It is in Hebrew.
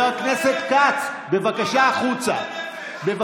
חבר הכנסת כץ, בבקשה החוצה.